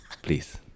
Please